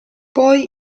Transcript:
poi